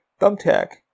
Thumbtack